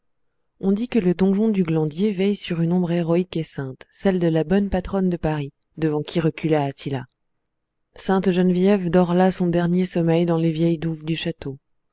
on dit que le donjon du glandier veille sur une ombre héroïque et sainte celle de la bonne patronne de paris devant qui recula attila sainte geneviève dort là son dernier sommeil dans les vieilles douves du château